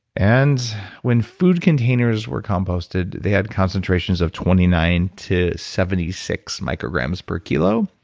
and when food containers were composted, they had concentrations of twenty nine to seventy six micrograms per kilo.